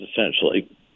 essentially